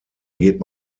geht